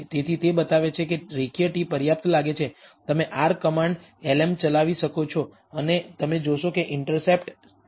તેથી તે બતાવે છે કે રેખીય t પર્યાપ્ત લાગે છે કે તમે R કમાન્ડ lm ચલાવી શકો છો અને તમે જોશો કે ઇન્ટરસેપ્ટ 74